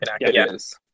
yes